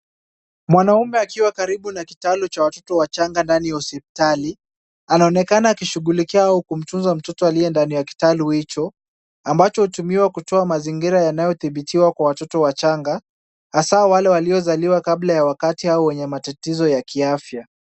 Mwanaume akiwa karibu na kitalu cha watoto wachanga ndani ya hospitali, anaonekana akishughulikia au kumtunza mtoto aliye ndani ya kitalu hicho, ambacho hutumiwa kutoa mazingira yanayodhibitiwa kwa watoto wachanga, hasa wale waliozaliwa kabla ya wakati au wenye matatizo ya kiafya.